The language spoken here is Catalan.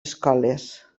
escoles